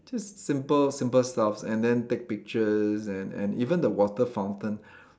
just simple simple stuff and then take pictures and and even the water fountain